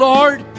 Lord